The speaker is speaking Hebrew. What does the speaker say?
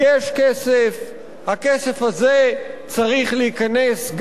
הכסף הזה צריך להיכנס גם לקופתה של המדינה,